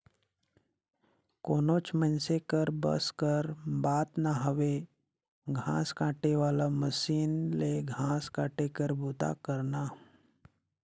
कोनोच मइनसे कर बस कर बात ना हवे घांस काटे वाला मसीन ले घांस काटे कर बूता करना